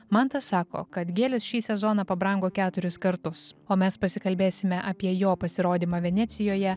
mantas sako kad gėlės šį sezoną pabrango keturis kartus o mes pasikalbėsime apie jo pasirodymą venecijoje